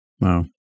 Wow